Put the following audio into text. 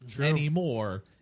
anymore